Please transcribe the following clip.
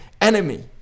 enemy